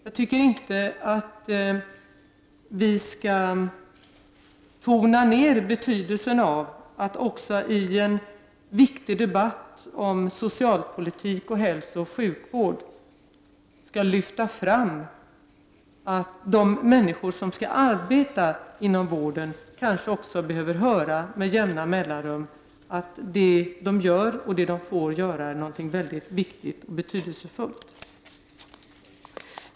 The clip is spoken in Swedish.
Jag tycker inte att vi skall tona ned betydelsen av att också i en viktig debatt om socialpolitik och hälsooch sjukvård lyfta fram att de människor som skall arbeta inom vården kanske med jämna mellanrum behöver höra att det som de gör och får göra är någonting mycket viktigt.